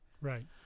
Right